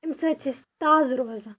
اَمہِ سۭتۍ چھِ أسۍ تازٕ روزان